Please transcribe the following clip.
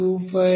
18t